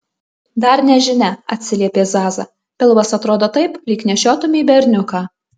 dar nežinia atsiliepė zaza pilvas atrodo taip lyg nešiotumei berniuką